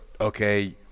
okay